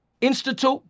institute